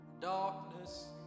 darkness